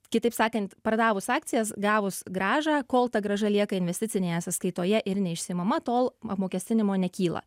kitaip sakant pardavus akcijas gavus grąžą kol ta grąža lieka investicinėje sąskaitoje ir neišsiimama tol apmokestinimo nekyla